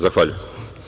Zahvaljujem.